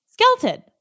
Skeleton